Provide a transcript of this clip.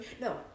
No